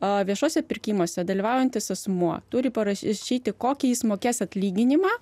viešuose pirkimuose dalyvaujantis asmuo turi parašyti kokį jis mokės atlyginimą